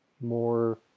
more